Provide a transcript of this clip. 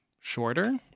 shorter